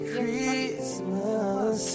Christmas